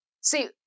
See